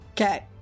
Okay